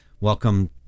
Welcome